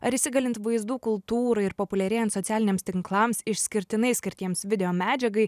ar įsigalint vaizdų kultūrai ir populiarėjant socialiniams tinklams išskirtinai skirtiems videomedžiagai